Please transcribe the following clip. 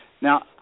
Now